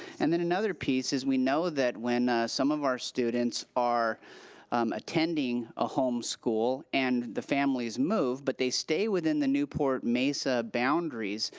and then another piece is we know that when some of our students are attending a home school and the families move but they stay within the newport-mesa boundaries,